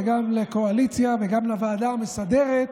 וגם לקואליציה וגם לוועדה המסדרת,